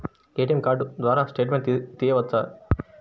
ATM card ద్వారా statement తీయవచ్చా?